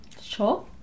Sure